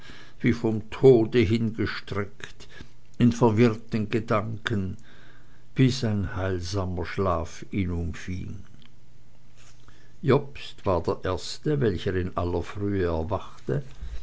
wie vom tode hingestreckt in verwirrten gedanken bis ein heilsamer schlaf ihn umfing jobst war der erste welcher in aller frühe erwachte